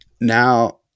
now